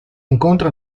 incontra